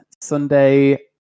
Sunday